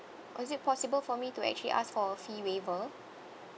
oh is it possible for me to actually ask for a fee waiver